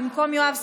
במקום יואב סגלוביץ'